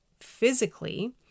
physically